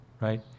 right